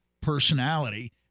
personality